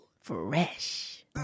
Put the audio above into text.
Fresh